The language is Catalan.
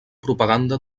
propaganda